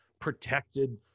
protected